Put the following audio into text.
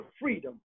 freedom